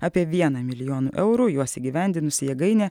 apie vieną milijoną eurų juos įgyvendinus jėgainė